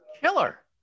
Killer